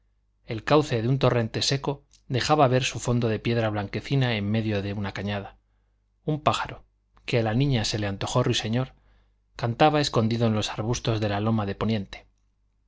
el cauce de un torrente seco dejaba ver su fondo de piedra blanquecina en medio de la cañada un pájaro que a la niña se le antojó ruiseñor cantaba escondido en los arbustos de la loma de poniente